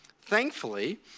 thankfully